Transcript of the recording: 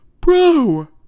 Bro